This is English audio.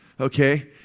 Okay